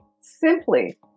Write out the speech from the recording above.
simply